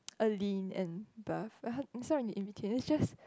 a lean and buff like how it's somewhere in between it's just